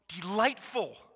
delightful